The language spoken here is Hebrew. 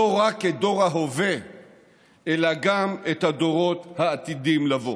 לא רק את דור ההווה אלא גם את הדורות העתידים לבוא.